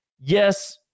Yes